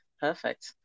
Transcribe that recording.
perfect